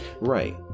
Right